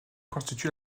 constitue